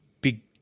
big